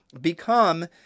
become